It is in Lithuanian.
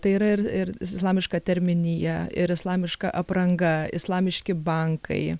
tai yra ir ir islamiška terminija ir islamiška apranga islamiški bankai